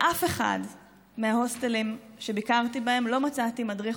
באף אחד מההוסטלים שביקרתי בהם לא מצאתי מדריך